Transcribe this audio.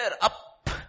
up